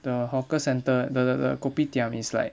the hawker centre the the the kopitiam is like